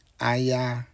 aya